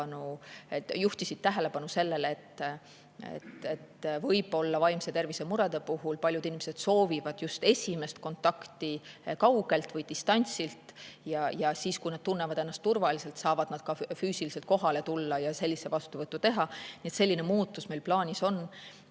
juhtisid tähelepanu sellele, et võib-olla vaimse tervise murede puhul paljud inimesed soovivad esimest kontakti just kaugelt, distantsilt ja siis, kui tunnevad ennast turvaliselt, saavad nad ka füüsiliselt vastuvõtule kohale tulla. Nii et selline muutus meil plaanis on.